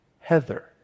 Heather